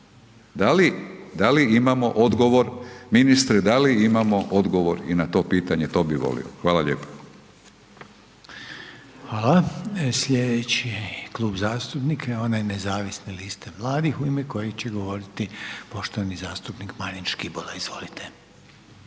da li imamo odgovor? Ministre, da li imamo odgovor i na to pitanje to bih volio? Hvala lijepa. **Reiner, Željko (HDZ)** Hvala. Sljedeći Klub zastupnika je onaj Nezavisne liste mladih u ime kojeg će govoriti poštovani zastupnik Marin Škibola. Izvolite.